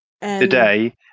today